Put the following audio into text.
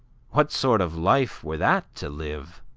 what sort of life were that to live?